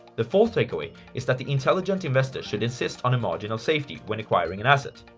the fourth takeaway is that the intelligent investor should insist on a margin of safety when acquiring an asset.